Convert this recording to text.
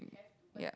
yup